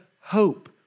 hope